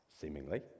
seemingly